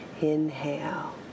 Inhale